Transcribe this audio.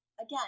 again